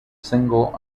single